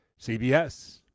CBS